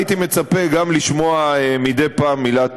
הייתי מצפה גם לשמוע מדי פעם מילת